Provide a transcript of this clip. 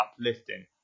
uplifting